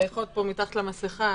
אנחנו מחייכות פה מתחת למסכה,